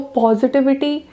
positivity